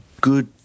good